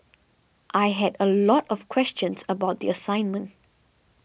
I had a lot of questions about the assignment